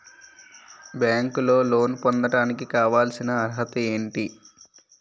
బ్యాంకులో లోన్ పొందడానికి కావాల్సిన అర్హత ఏంటి?